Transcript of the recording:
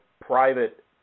private